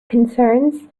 concerns